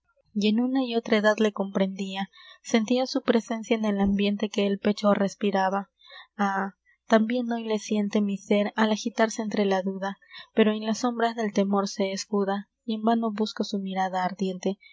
y en una y otra edad le comprendia sentia su presencia en el ambiente que el pecho respiraba ah tambien hoy le siente mi sér al agitarse entre la duda pero en las sombras del temor se escuda y en vano busco su mirada ardiente